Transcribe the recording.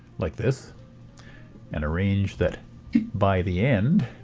like this and arrange that by the end